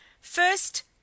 first